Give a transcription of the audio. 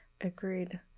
agreed